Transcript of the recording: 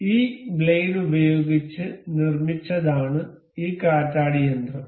ഈ ബ്ലേഡ് ഉപയോഗിച്ച് നിർമ്മിച്ചതാണ് ഈ കാറ്റാടിയന്ത്രം